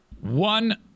One